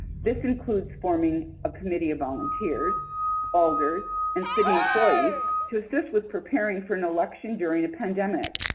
this includes forming a committee of volunteers alders, and city employees to assist with preparing for an election during a pandemic.